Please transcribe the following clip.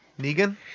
Negan